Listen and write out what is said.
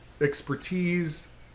expertise